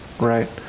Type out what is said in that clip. right